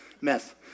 mess